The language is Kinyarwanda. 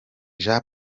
jean